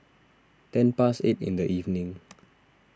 ten past eight in the evening